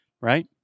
Right